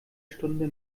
stunde